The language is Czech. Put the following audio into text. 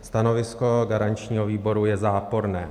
Stanovisko garančního výboru je záporné.